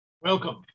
Welcome